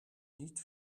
niet